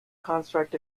construct